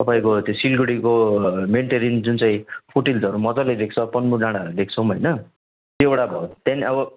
तपाईँको त्यो सिलगढीको मेन टेरेन जुन चाहिँ फुटहिलहरू मजाले देख्छ पन्बू डाँडाहरू देख्छौँ होइन त्यो एउटा भयो त्यहाँदेखि अब